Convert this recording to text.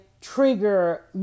trigger